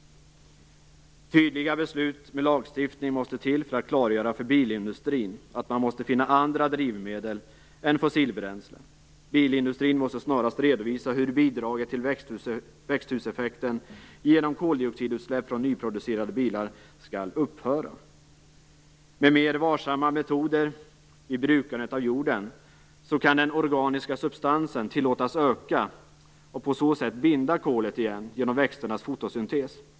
Tydliga beslut med lagstiftning måste till för att klargöra för bilindustrin att man måste finna andra drivmedel än fossilbränslen. Bilindustrin måste snarast redovisa hur bidraget till växthuseffekten genom koldioxidutsläpp från nyproducerade bilar skall upphöra. Med mer varsamma metoder vid brukandet av jorden kan den organiska substansen tillåtas öka och på så sätt binda kolet igen genom växternas fotosyntes.